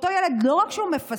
אותו ילד, לא רק שהוא מפספס,